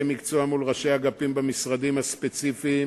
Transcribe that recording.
מקצוע מול ראשי אגפים במשרדים הספציפיים,